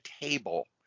table